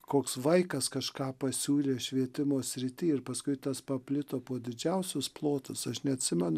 koks vaikas kažką pasiūlė švietimo srity ir paskui tas paplito po didžiausius plotus aš neatsimenu